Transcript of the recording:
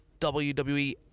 wwe